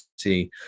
see